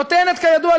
כידוע,